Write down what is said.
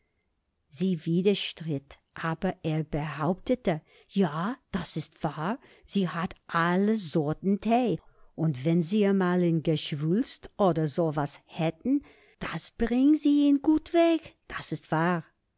sie widerstritt aber er behauptete ja das is wahr sie hat alle sorten tee und wenn sie amal n geschwulst oder so was hätten das bringt sie ihn'n gutt weg das is wahr